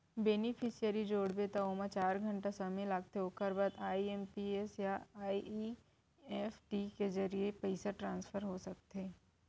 beneficiary जोड़बे त ओमा चार घंटा समे लागथे ओकर बाद आइ.एम.पी.एस या एन.इ.एफ.टी के जरिए पइसा ट्रांसफर हो सकथे